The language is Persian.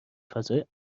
فضای